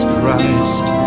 Christ